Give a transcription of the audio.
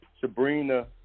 Sabrina